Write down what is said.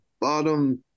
bottom